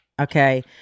okay